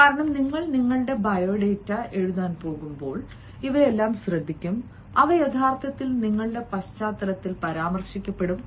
കാരണം നിങ്ങൾ നിങ്ങളുടെ ബയോഡാറ്റ എഴുതാൻ പോകുമ്പോൾ ഇവയെല്ലാം ശ്രദ്ധിക്കും അവ യഥാർത്ഥത്തിൽ നിങ്ങളുടെ പശ്ചാത്തലത്തിൽ പരാമർശിക്കപ്പെടും